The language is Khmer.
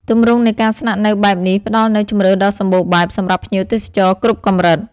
ទម្រង់នៃការស្នាក់នៅបែបនេះផ្តល់នូវ ជម្រើសដ៏សម្បូរបែប សម្រាប់ភ្ញៀវទេសចរគ្រប់កម្រិត។